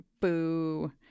boo